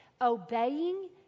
obeying